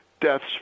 deaths